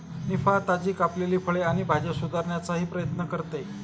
निफा, ताजी कापलेली फळे आणि भाज्या सुधारण्याचाही प्रयत्न करते